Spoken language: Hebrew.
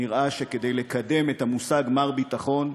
נראה שכדי לקדם את המושג "מר ביטחון"